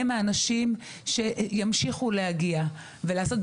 הם האנשים שימשיכו להגיע ולעשות.